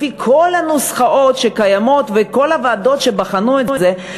לפי כל הנוסחאות שקיימות וכל הוועדות שבחנו את זה,